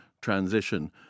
transition